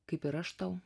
kaip ir aš tau